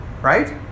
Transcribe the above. Right